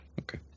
Okay